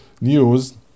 news